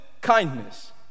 kindness